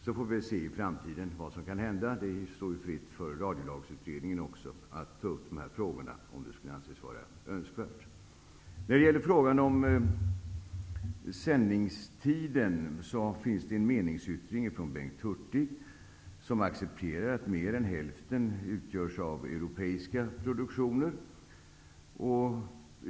Vi får se i framtiden vad som kan hända -- det står Radiolagsutredningen fritt att ta upp de här frågorna om det skulle anses vara önskvärt. När det gäller sändningstiden finns det en meningsyttring från Bengt Hurtig, som accepterar att mer än hälften av programmen utgörs av europeiska produktioner.